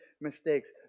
mistakes